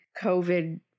covid